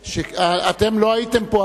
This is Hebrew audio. אתם לא הייתם פה,